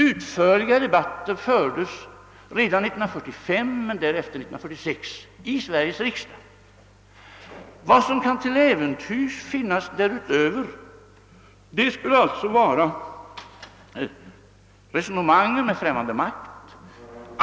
Utförliga debatter fördes 1945 och 1946 i Sveriges riksdag. Vad som till äventyrs kan finnas därutöver skulle alltså vara resonemang med främmande makter.